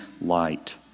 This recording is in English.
light